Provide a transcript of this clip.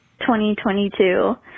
2022